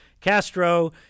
Castro